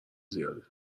زیاده